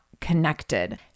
connected